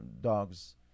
dogs